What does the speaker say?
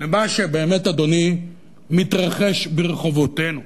למה שבאמת, אדוני, מתרחש ברחובותינו.